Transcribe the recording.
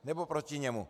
Nebo proti němu.